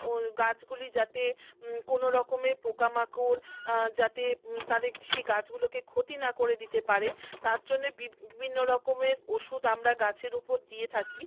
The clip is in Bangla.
ও গাছগুলি যাতে কোনো রকমের পোকামাকড় যাতে তাদের সেই গাছগুলোকে ক্ষতি না করে দিতে পারে তার জন্যে বিব্ বিভিন্ন রকমের ওষুধ আমরা গাছের উপর দিয়ে থাকি